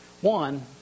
One